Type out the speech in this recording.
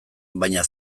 baina